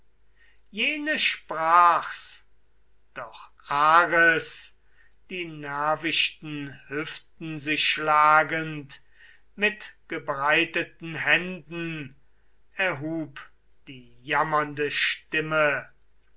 jene sprach's doch ares die nervichten hüften sich schlagend mit gebreiteten händen erhub die jammernde stimme